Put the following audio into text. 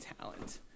talent